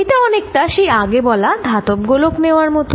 এটা অনেকটা সেই আগে বলা ধাতব গোলক নেওয়ার মত